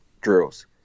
drills